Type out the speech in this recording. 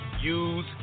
use